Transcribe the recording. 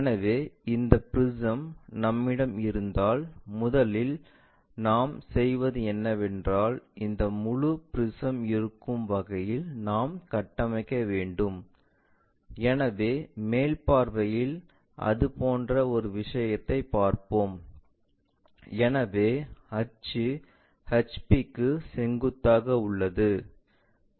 எனவே இந்த ப்ரிஸம் நம்மிடம் இருந்தால் முதலில் நாம் செய்வது என்னவென்றால் இந்த முழு ப்ரிஸம் இருக்கும் வகையில் நாம் கட்டமைக்க வேண்டும் எனவே மேல் பார்வையில் அது போன்ற ஒரு விஷயத்தைப் பார்ப்போம் எனவே அச்சு ஹெச்பிக்கு செங்குத்தாக உள்ளது